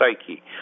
psyche